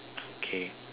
okay